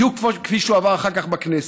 בדיוק כפי שהוא עבר אחר כך בכנסת.